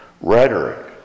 rhetoric